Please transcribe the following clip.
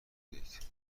دید